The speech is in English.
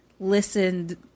listened